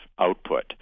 output